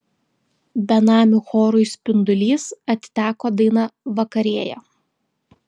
benamių chorui spindulys atiteko daina vakarėja